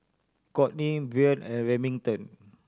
Kourtney Brien and Remington